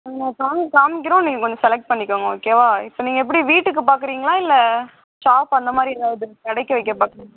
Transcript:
நீங்கள் பாருங்கள் காமிக்கிறோம் நீங்கள் கொஞ்சம் செலக்ட் பண்ணிக்கோங்க ஓகேவா இப்போ நீங்கள் எப்படி வீட்டுக்கு பார்க்குறீங்களா இல்லை ஷாப் அந்த மாதிரி எதாவது கடைக்கு வைக்க பார்க்குறீங்களா